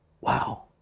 Wow